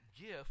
gift